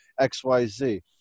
xyz